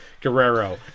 Guerrero